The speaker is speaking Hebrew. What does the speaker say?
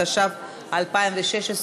התשע"ו 2016,